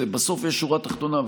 בסוף יש שורה תחתונה,